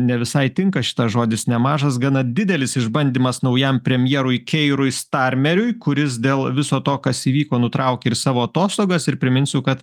ne visai tinka šitas žodis nemažas gana didelis išbandymas naujam premjerui keirui starmeriui kuris dėl viso to kas įvyko nutraukė ir savo atostogas ir priminsiu kad